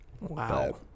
Wow